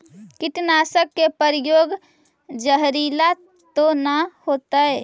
कीटनाशक के प्रयोग, जहरीला तो न होतैय?